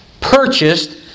purchased